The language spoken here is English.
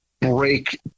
break